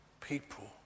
people